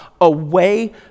away